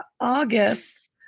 August